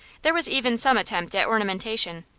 there was even some attempt at ornamentation,